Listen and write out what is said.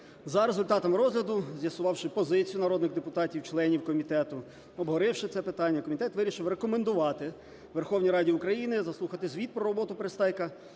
За результатами розгляду, з'ясувавши позицію народних депутатів - членів комітету, обговоривши це питання, комітет вирішив рекомендувати Верховній Раді України заслухати звіт про роботу Пристайка